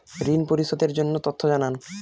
ঋন পরিশোধ এর তথ্য জানান